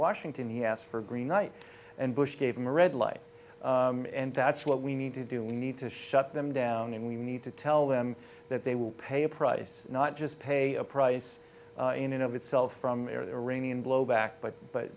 washington he asked for green knight and bush gave him a red light and that's what we need to do we need to shut them down and we need to tell them that they will pay a price not just pay a price in and of itself from iranian blowback but but